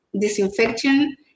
disinfection